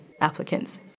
applicants